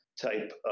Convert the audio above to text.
type